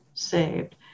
saved